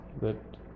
that-